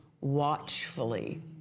watchfully